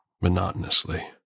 monotonously